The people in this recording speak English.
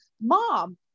mom